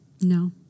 no